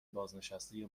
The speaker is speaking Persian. بازنشته